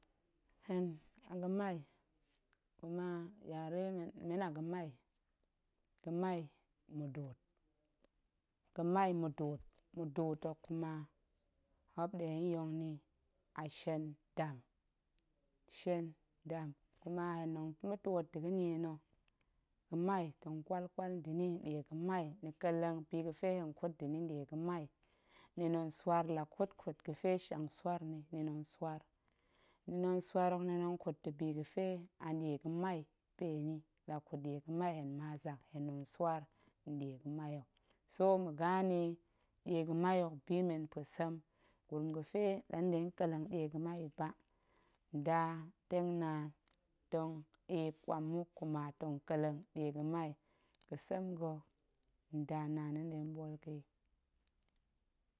Hen a ga̱mai kuma yare men, men a ga̱mai, ga̱mai muduut, ga̱mai muduut, muduut hok kuma muop ɗe yong ni a shendam, shenꞌdam kuma ma̱ ntwoot nda̱ ga̱nie na̱ ga̱mai tong ƙwalƙwal nda̱ ni nɗie ga̱mai ni ƙelleng bi ga̱pe hen kut nda̱ ni nɗie ga̱mai, ni tong swaar hen la kutkut ga̱fe shiang swaar ni tong swaar hok, ni tong kut nda̱bi ga̱fe a nɗie ga̱mai pe yi, la kut ɗie ga̱mai hen ma zak hen tong swaar nɗie ga̱mai hok so ma̱ gane ɗie ga̱mai hok bi men mpue sem, gurum ga̱fe la nɗe tong ƙelleng ɗie ga̱ami yi ba, ndatengnaan tong eep ƙwam muk kuma tong ƙelleng ɗie ga̱mai, gətsem ga̱ nda naan hen nɗe tong ɓool ga̱ yi.